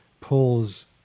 pulls